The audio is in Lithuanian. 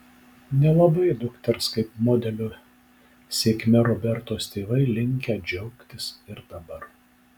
nelabai dukters kaip modelio sėkme robertos tėvai linkę džiaugtis ir dabar